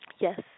Yes